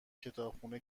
کتابخونه